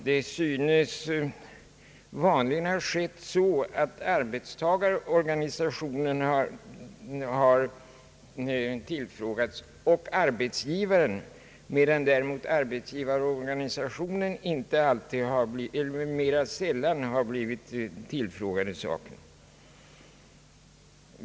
Det synes vanligen ha skett så att arbetstagarorganisationen och arbetsgivaren tillfrågats, medan däremot arbetsgivarorganisationen mera sällan blivit tillfrågad i saken.